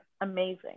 amazing